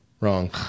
Wrong